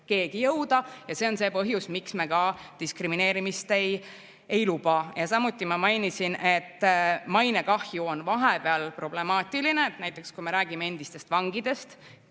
keegi jõuda ja see on põhjus, miks me ka diskrimineerimist ei luba. Samuti ma mainisin, et mainekahju on vahepeal problemaatiline. Näiteks, kui me räägime endistest vangidest,